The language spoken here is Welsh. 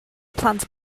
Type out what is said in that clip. plant